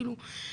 כאילו,